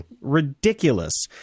ridiculous